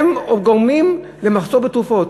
הן גורמות למחסור בתרופות.